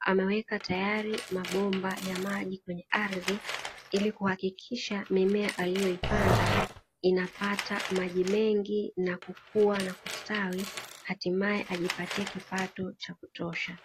ameweka tayari mabomba ya maji kwenye ardhi hili kuhakikisha mimea aliyoipanda inapata maji mengi na kukua na kustawi, hatimae ajipatie kipato cha kutosha.